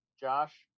Josh